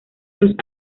los